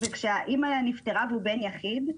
וכשהאימא נפטרה והוא בן יחיד,